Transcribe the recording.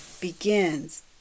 begins